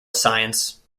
science